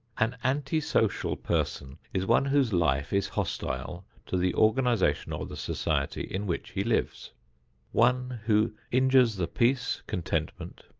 an anti-social person is one whose life is hostile to the organization or the society in which he lives one who injures the peace, contentment,